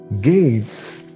Gates